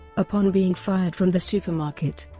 upon being fired from the supermarket,